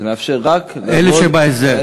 זה מאפשר רק, אלה שבהסדר.